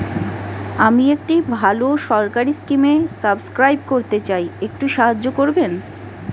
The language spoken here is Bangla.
আমি একটি ভালো সরকারি স্কিমে সাব্সক্রাইব করতে চাই, একটু সাহায্য করবেন?